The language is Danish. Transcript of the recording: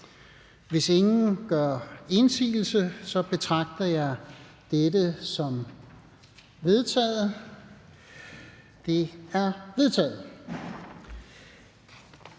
Hvis ingen gør indsigelse, betragter jeg dette som vedtaget. Det er vedtaget.